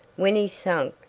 when he sank,